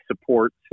support